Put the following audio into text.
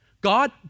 God